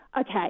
Okay